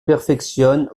perfectionne